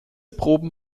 proben